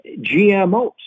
GMOs